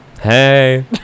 Hey